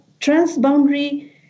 transboundary